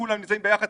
כולם ביחד,